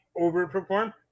overperform